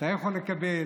שאתה יכול לקבל,